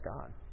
God